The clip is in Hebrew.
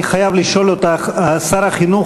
אני חייב לשאול אותך: שר החינוך,